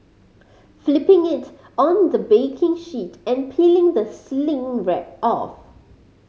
flipping it on the baking sheet and peeling the cling wrap off